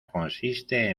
consiste